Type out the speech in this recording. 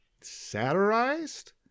satirized